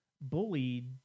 bullied